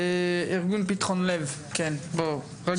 ארגון ׳פתחון לב׳, בבקשה.